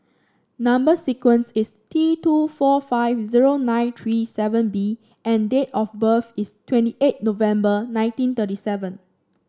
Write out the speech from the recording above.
number sequence is T two four five zero nine three seven B and date of birth is twenty eight November nineteen thirty seven